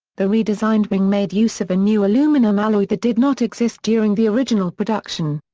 the redesigned wing made use of a new aluminum alloy that did not exist during the original production.